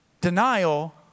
Denial